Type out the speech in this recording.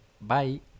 Bye